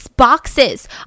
boxes